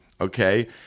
okay